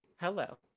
Hello